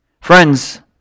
Friends